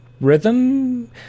rhythm